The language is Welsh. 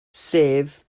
sef